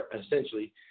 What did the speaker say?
essentially